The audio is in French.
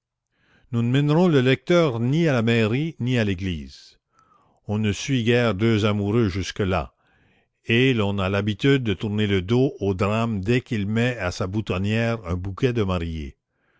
nous ne mènerons le lecteur ni à la mairie ni à l'église on ne suit guère deux amoureux jusque-là et l'on a l'habitude de tourner le dos au drame dès qu'il met à sa boutonnière un bouquet de marié